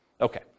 Okay